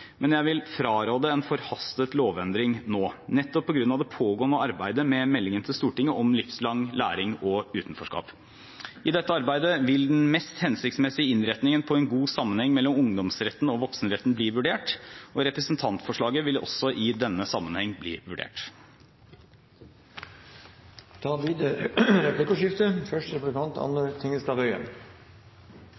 men jeg vil fraråde en forhastet lovendring nå – nettopp på grunn av det pågående arbeidet med meldingen til Stortinget om livslang læring og utenforskap. I dette arbeidet vil den mest hensiktsmessige innretningen på en god sammenheng mellom ungdomsretten og voksenretten bli vurdert, og representantforslaget vil også i denne sammenheng bli vurdert. Det blir replikkordskifte.